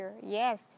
Yes